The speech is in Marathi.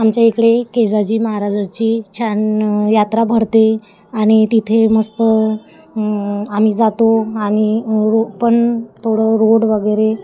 आमच्या इकडे केजाजी महाराजाची छान यात्रा भरते आणि तिथे मस्त आम्ही जातो आणि रो पण थोडं रोड वगैरे